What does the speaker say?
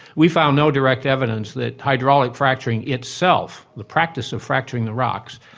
we found no direct evidence that hydraulic fracturing itself, the practice of fracturing the rocks,